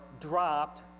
dropped